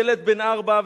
ילד בן ארבע,